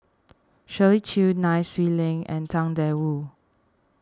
Shirley Chew Nai Swee Leng and Tang Da Wu